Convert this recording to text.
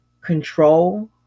control